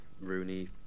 Rooney